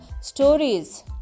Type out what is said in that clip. stories